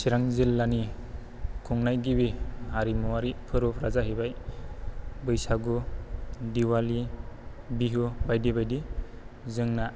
चिरां जिल्लानि खुंनाय गिबि हारिमुवारि फोरबोफ्रा जाहैबाय बैसागु दिवालि बिहु बायदि बायदि जोंना